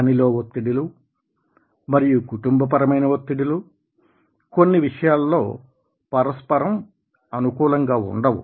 పనిలో ఒత్తిడులు మరియు కుటుంబపరమైన ఒత్తిడులు కొన్ని విషయాలలో పరస్పరం అనుకూలంగా ఉండవు